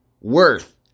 Worth